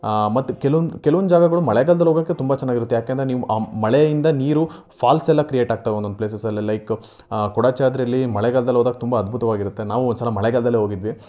ಮತ್ತು ಕೆಲವೊಂದು ಕೆಲವೊಂದು ಜಾಗಗಳು ಮಳೆಗಾಲ್ದಲ್ಲಿ ಹೋಗೋಕ್ಕೆ ತುಂಬ ಚೆನ್ನಾಗಿರುತ್ತೆ ಯಾಕೆ ಅಂದರೆ ನೀವು ಆ ಮಳೆಯಿಂದ ನೀರು ಫಾಲ್ಸೆಲ್ಲ ಕ್ರಿಯೇಟ್ ಆಗ್ತವೆ ಒಂದೊಂದು ಪ್ಲೇಸಸಲ್ಲಿ ಲೈಕ್ ಕೊಡಚಾದ್ರಿಯಲ್ಲಿ ಮಳೆಗಾಲ್ದಲ್ಲಿ ಹೋದಾಗ ತುಂಬ ಅದ್ಭುತವಾಗಿರುತ್ತೆ ನಾವೂ ಒಂದು ಸಲ ಮಳೆಗಾಲದಲ್ಲೇ ಹೋಗಿದ್ವಿ